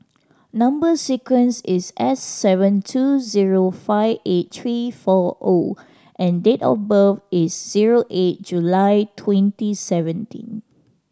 number sequence is S seven two zero five eight three four O and date of birth is zero eight July twenty seventeen